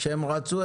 כשהם רצו,